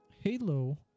Halo